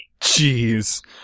jeez